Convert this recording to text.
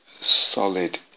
solid